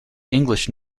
english